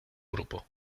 grupo